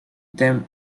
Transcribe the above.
them